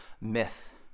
myth